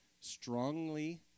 strongly